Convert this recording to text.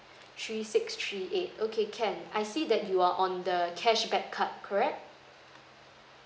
three six three eight okay can I see that you are on the cashback card correct